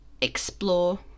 explore